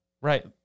right